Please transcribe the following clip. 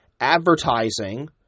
advertising